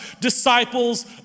disciples